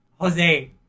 Jose